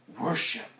worship